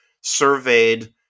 surveyed